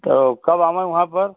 तो कब आवैं वहाँ पर